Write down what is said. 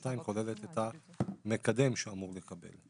ב-182 כוללת את המקדם שהוא אמור לקבל.